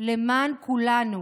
למען כולנו,